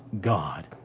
God